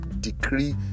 decree